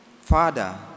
Father